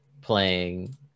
playing